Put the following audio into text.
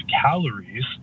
calories